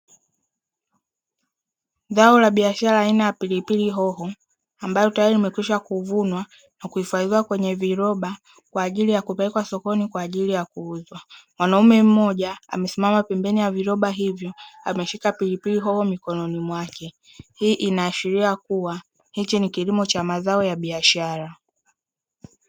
Zao la biashara aina ya pilipili hoho ambalo tayari limekwisha kuvunwa na kuhifadhiwa kwenye viroba kwa ajili ya kupelekwa sokoni kwa ajili ya kuuzwa. Mwanaume mmoja amesimama pembeni ya viroba hivyo ameshika pilipili hoho mikononi mwake. Hii inaashiria kuwa hichi ni kilimo cha mazao ya biashara.